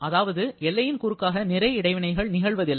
அதாவது எல்லையின் குறுக்காக நிறை இடைவினைகள் நிகழ்வதில்லை